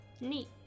Neat